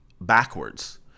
backwards